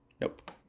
Nope